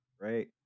right